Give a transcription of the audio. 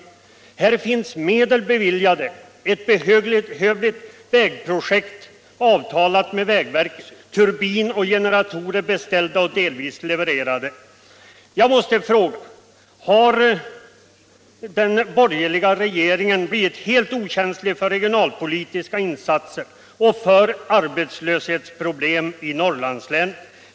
Medel finns beviljade, och ett behövligt vägprojekt är avtalat med vägverket. Turbin och generatorer är beställda och delvis levererade. regionalpolitiska insatser och för arbetslöshetsproblemen i Norrlandslänen?